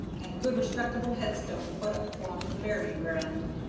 and a good respectable headstone put up for em in the burying-ground.